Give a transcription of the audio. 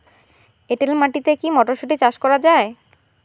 এটেল মাটিতে কী মটরশুটি চাষ করা য়ায়?